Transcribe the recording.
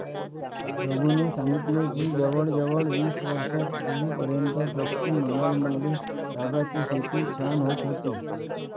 रघूने सांगितले की जवळजवळ वीस वर्षांपूर्वीपर्यंत पश्चिम बंगालमध्ये तागाची शेती छान होत होती